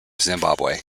zimbabwe